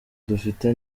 dufite